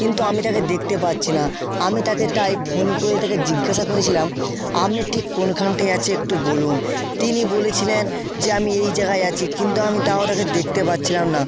কিন্তু আমি তাকে দেখতে পাচ্ছি না আমি তাকে তাই ফোন করে তাকে জিজ্ঞাসা করেছিলাম আপনি ঠিক কোনখানটায় আছে একটু বলুন তিনি বলেছিলেন যে আমি এই জায়গায় আছি কিন্তু আমি তাও তাকে দেখতে পাচ্ছিলাম না